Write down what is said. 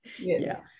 Yes